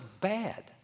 bad